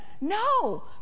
No